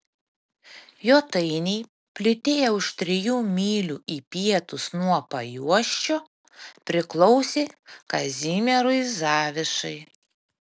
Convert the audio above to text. jotainiai plytėję už trijų mylių į pietus nuo pajuosčio priklausė kazimierui zavišai